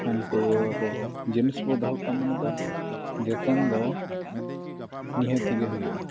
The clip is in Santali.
ᱩᱱᱠᱩ ᱟᱵᱚ ᱡᱤᱱᱤᱥ ᱵᱚᱱ ᱫᱚᱦᱚ ᱠᱚᱣᱟ ᱢᱟᱱᱮ ᱫᱚ ᱡᱚᱛᱚᱱ ᱫᱚ ᱱᱤᱦᱟᱹᱛ ᱜᱮ ᱦᱩᱭᱩᱜᱼᱟ